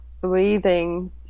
breathing